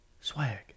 swag